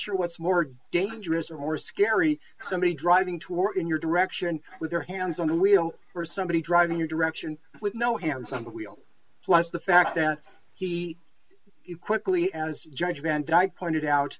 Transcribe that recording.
sure what's more dangerous or scary somebody driving to or in your direction with their hands on the wheel or somebody driving your direction with no hands on the wheel plus the fact that he quickly as judge van dyke pointed out